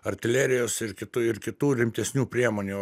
artilerijos ir kitų ir kitų rimtesnių priemonių